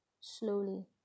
Slowly